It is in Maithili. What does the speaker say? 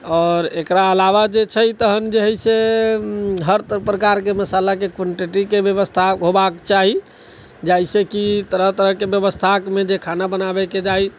आओर एकरा अलावा जे छै तहन जे छै से हर प्रकारके मसालाके क्वान्टिटीके व्यवस्था होयबाके चाही जाहि से कि तरह तरहके व्यवस्थामे जे खाना बनाबैके चाही